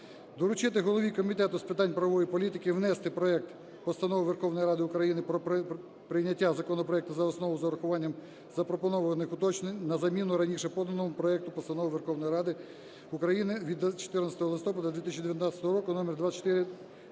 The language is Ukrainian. Доручити голові Комітету з питань правової політики внести проект Постанови Верховної Ради України про прийняття законопроекту за основу з урахуванням запропонованих уточнень на заміну раніше поданого проекту Постанови Верховної Ради України від 14 листопада 2019 року номер